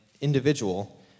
individual